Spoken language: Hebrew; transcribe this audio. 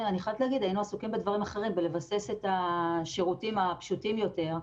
אחרים בלבסס את השירותים הפשוטים יותר,